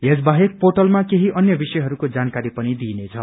यस बाहेक पोर्टलमा केही अन्य विषयहरूको जानकारी पनि दिइनेछ